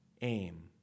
aim